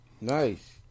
Nice